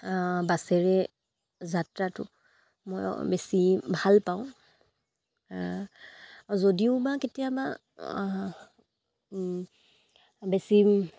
বাছেৰে যাত্ৰাটো মই বেছি ভাল পাওঁ যদিও বা কেতিয়াবা বেছি